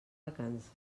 vacances